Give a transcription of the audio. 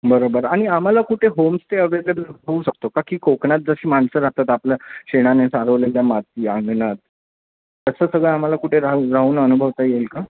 बरं बरं आणि आम्हाला कुठे होम स्टे अवेलेबल होऊ शकतो का की कोकनात जशी माणसं राहतात आपलं शेणाने सारवलेल्या माती अंगणात असं सगळं आम्हाला कुठे राहून राहून अनुभवता येईल का